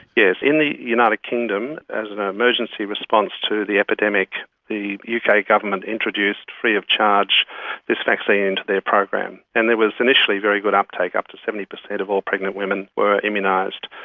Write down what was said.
yes, in the united kingdom as an ah emergency response to the epidemic, the uk kind of government introduced free of charge this vaccine to their program, and there was initially very good uptake, up to seventy percent of all pregnant women were immunised.